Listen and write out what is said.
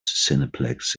cineplex